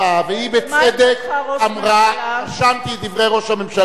והיא בצדק אמרה: רשמתי את דברי ראש הממשלה,